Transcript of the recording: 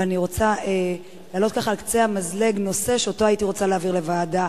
אבל אני רוצה להעלות על קצה המזלג נושא שהייתי רוצה להעביר לוועדת